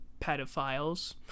pedophiles